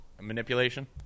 manipulation